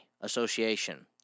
Association